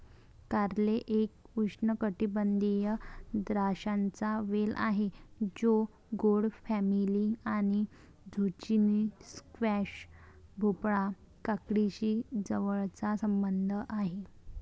कारले एक उष्णकटिबंधीय द्राक्षांचा वेल आहे जो गोड फॅमिली आणि झुचिनी, स्क्वॅश, भोपळा, काकडीशी जवळचा संबंध आहे